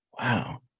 Wow